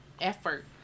effort